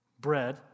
bread